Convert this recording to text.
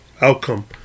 outcome